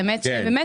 האמת שבאמת,